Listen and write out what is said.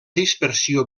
dispersió